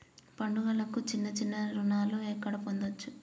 పండుగలకు చిన్న చిన్న రుణాలు ఎక్కడ పొందచ్చు?